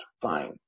fine